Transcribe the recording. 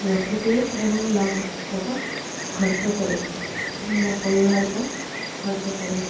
ରଖିଦିଏ ଏବଂ ଲାଭତକ ଖର୍ଚ୍ଚ କରେ ମୋ ପରିବାର ପାଇଁ ଖର୍ଚ୍ଚ କରେ